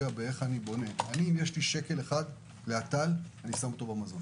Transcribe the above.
אם יש לי שקל אחד לאט"ל, אני שם במזון